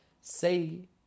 Say